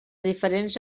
diferents